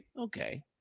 Okay